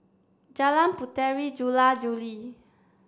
Jalan Puteri Jula Juli